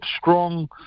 strong